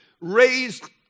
raised